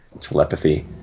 telepathy